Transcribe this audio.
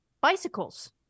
bicycles